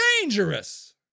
Dangerous